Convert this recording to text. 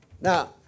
Now